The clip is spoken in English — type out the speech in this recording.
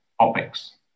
topics